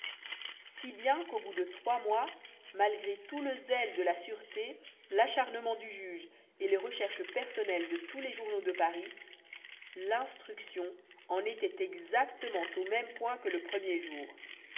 si bien qu'au bout de trois mois malgré tout le zèle de la sûreté l'acharnement du juge et les recherches personnelles de tous les journaux de paris l'instruction en était exactement au même point que le premier jour